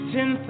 Ten